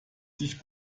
sich